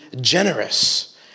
generous